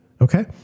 okay